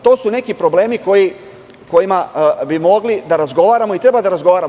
To su neki problemi o kojima bi mogli da razgovaramo i treba da razgovaramo.